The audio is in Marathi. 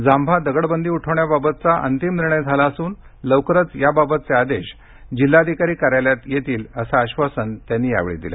जांभा दगडबंदी उठवण्याबाबतचा अंतिम निर्णय झाला असून लवकरच याबाबतचे आदेश जिल्हाधिकारी कार्यालयात येतील असं आश्वासन त्यांनी यावेळी दिलं